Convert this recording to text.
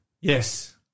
Yes